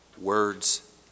words